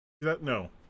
No